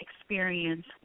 experience